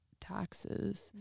taxes